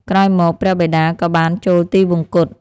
ក្រោយមក ព្រះបិតាក៏បានចូលទិវង្គត។